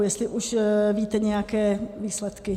Jestli už víte nějaké výsledky.